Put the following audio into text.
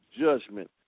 judgment